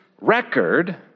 record